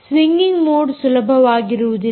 swinging mode ಸುಲಭವಾಗಿರುವುದಿಲ್ಲ